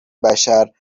بشر